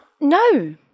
no